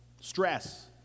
stress